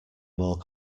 more